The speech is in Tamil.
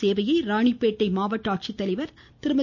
சேவையை ராணிப்பேட்டை மாவட்ட ஆட்சித்தலைவர் திருமதி